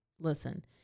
listen